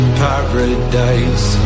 paradise